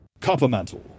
Coppermantle